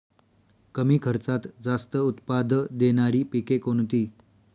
कमी खर्चात जास्त उत्पाद देणारी पिके कोणती?